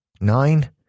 nine